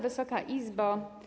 Wysoka Izbo!